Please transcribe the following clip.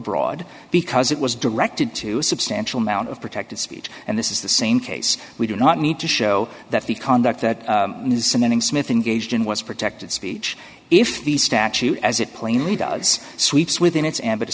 broad because it was directed to a substantial amount of protected speech and this is the same case we do not need to show that the conduct that manning smith engaged in was protected speech if the statute as it plainly does sweeps within its a